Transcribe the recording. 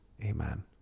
Amen